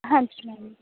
ਹਾਂਜੀ ਮੈਮ